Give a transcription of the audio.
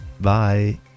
bye